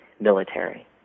military